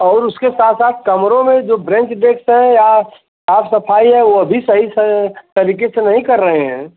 और उसके साथ साथ कमरों में जो ब्रेन्च देखते हैं या साफ सफाई है वो भी सही से तरीके से नहीं कर रहे हैं